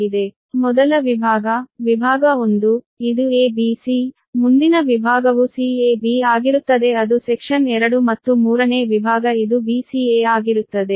ಆದ್ದರಿಂದ ಮೊದಲ ವಿಭಾಗ ವಿಭಾಗ 1 ಇದು a b c ಮುಂದಿನ ವಿಭಾಗವು c a b ಆಗಿರುತ್ತದೆ ಅದು ಸೆಕ್ಷನ್ 2 ಮತ್ತು ಮೂರನೇ ವಿಭಾಗ ಇದು b c a ಆಗಿರುತ್ತದೆ